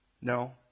No